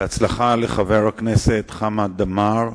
על מנת ליצור מסגרת לחינוך המשלים לנוער זה,